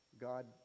God